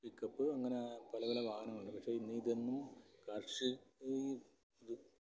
pickup അങ്ങനെ പല പല വാഹനങ്ങളുണ്ട് പക്ഷേ ഇന്നിതൊന്നും കാർഷി